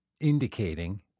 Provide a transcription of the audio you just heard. indicating